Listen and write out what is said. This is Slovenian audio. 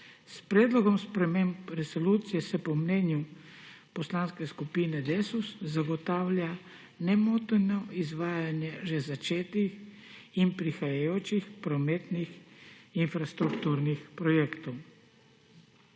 S predlogom sprememb resolucije se po mnenju Poslanske skupine Desus zagotavlja nemoteno izvajanje že začetih in prihajajočih prometnih infrastrukturnih projektov.